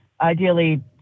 ideally